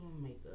makeup